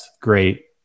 Great